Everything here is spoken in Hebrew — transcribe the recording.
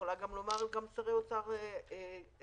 כך גם שרי אוצר נוספים,